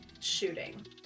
shooting